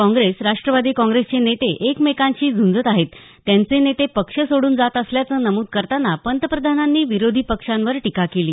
काँग्रेस राष्टवादी काँग्रेसचे नेते एकमेकांशी झूंजत आहेत त्यांचे नेते पक्ष सोड्रन जात असल्याचं नमूद करताना पंतप्रधानांनी विरोधी पक्षांवर टीका केली